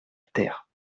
terre